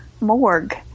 morgue